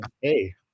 Hey